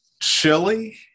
Chili